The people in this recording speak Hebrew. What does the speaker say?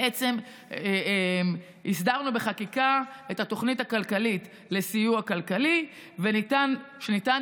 בעצם הסדרנו בחקיקה את התוכנית הכלכלית לסיוע כלכלי שניתן